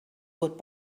would